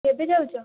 କେବେ ଯାଉଛ